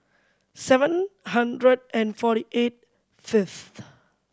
seven hundred and forty eight first